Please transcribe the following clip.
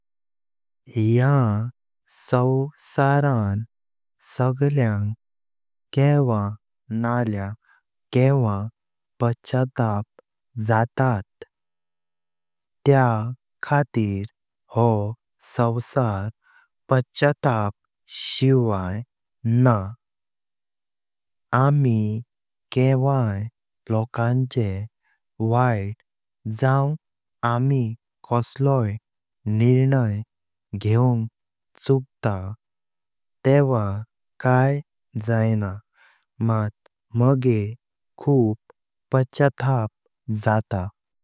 या संसारेन सगळ्यांक किवा नाळा किवा पछयाताप जातात। त्या खातीर हो संसार पछयाताप शिवाय नाह। आमी केवाई लोकांचे वैत जाव आमी कसलो निर्णय घेवंग चुकता तेवा काई जायना मात मागे चूप पछयाताप जात।